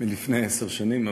לפני עשר שנים.